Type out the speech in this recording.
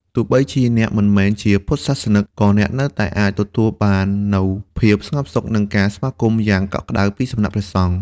ទោះបីជាអ្នកមិនមែនជាពុទ្ធសាសនិក ក៏អ្នកនៅតែអាចទទួលបាននូវភាពស្ងប់សុខ និងការស្វាគមន៍យ៉ាងកក់ក្តៅពីសំណាក់ព្រះសង្ឃ។